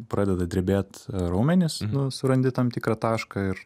pradeda drebėt raumenys nu surandi tam tikrą tašką ir